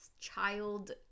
child